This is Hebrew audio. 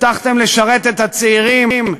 הבטחתם לשרת את הצעירים,